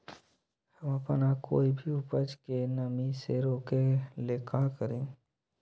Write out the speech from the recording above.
हम अपना कोई भी उपज के नमी से रोके के ले का करी?